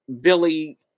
Billy